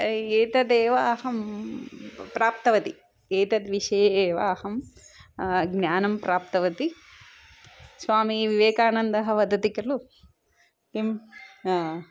एतदेव अहं प्राप्तवति एतद्विषये एव अहं ज्ञानं प्राप्तवती स्वामीविवेकानन्दः वदति कलु किं